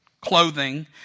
clothing